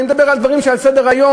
אני מדבר על דברים שעל סדר-היום,